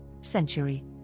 century